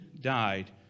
died